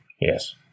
Yes